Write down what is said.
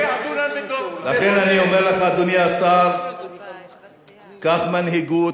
לכן אני אומר לך, אדוני השר: קח מנהיגות.